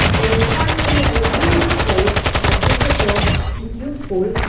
finally, i really hope that this report is useful,